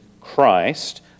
Christ